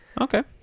okay